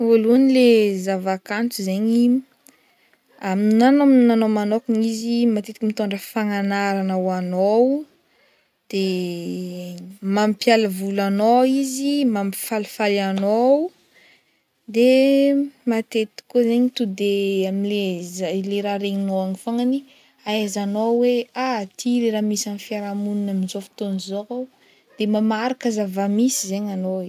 Voalohany le zavakanto zegny aminah amin'ninahy manôkana izy matetiky mitondra fagnanarana ho anao de mampiala voly anao izy, mampifalifaly anao de matetiky koa zegny to de am'le zai- am'le raha regninao agny fognany ahaizanao hoe ah ty le raha misy amin' fiarahamonina am'zao fotoana izao de mba maharaka zavamisy egny anao e.